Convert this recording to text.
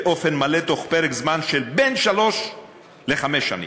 באופן מלא בתוך פרק זמן של בין שלוש לחמש שנים.